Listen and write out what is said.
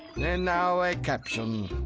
and now a caption.